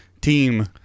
team